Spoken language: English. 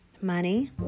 money